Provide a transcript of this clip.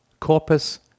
corpus